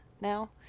now